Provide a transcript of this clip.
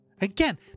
again